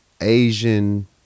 Asian